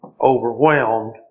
Overwhelmed